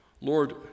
Lord